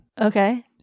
Okay